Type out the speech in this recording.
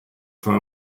for